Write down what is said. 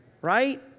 right